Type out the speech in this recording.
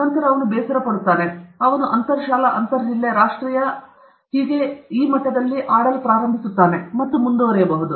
ನಂತರ ಅವರು ಬೇಸರ ಪಡೆಯುತ್ತಾರೆ ಅವರು ಅಂತರ್ ಶಾಲಾ ಅಂತರ ಜಿಲ್ಲೆ ರಾಷ್ಟ್ರೀಯ ಮತ್ತು ಈ ವಿಷಯವನ್ನು ಆಡಲು ಪ್ರಾರಂಭಿಸುತ್ತಾರೆ ಮತ್ತು ಮುಂದುವರೆಯುತ್ತಾರೆ